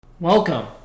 Welcome